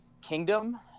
kingdom